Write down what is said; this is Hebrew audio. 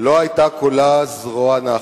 לא היתה כולה זרועה נחת,